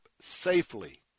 safely